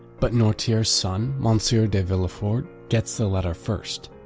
but noirtier's son, monsieur de villefort, gets the letter first.